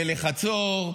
ולחצור,